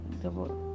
double